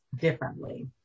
differently